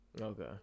Okay